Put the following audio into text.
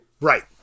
Right